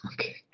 okay